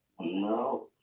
No